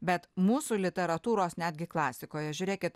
bet mūsų literatūros netgi klasikoje žiūrėkit